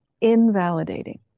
invalidating